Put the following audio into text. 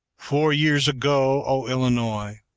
four years ago, o illinois,